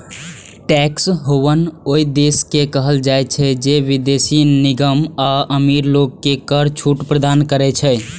tax haven ओइ देश के कहल जाइ छै, जे विदेशी निगम आ अमीर लोग कें कर छूट प्रदान करै छै